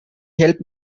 help